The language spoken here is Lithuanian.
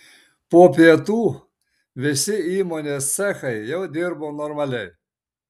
po pietų visi įmonės cechai jau dirbo normaliai